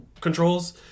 controls